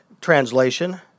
Translation